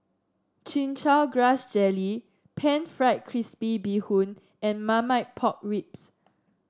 Chin Chow Grass Jelly pan fried crispy Bee Hoon and Marmite Pork Ribs